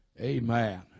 Amen